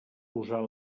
usar